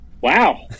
Wow